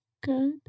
Good